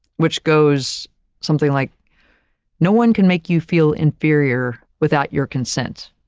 which goes something like no one can make you feel inferior without your consent,